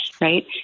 right